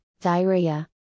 diarrhea